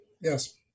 yes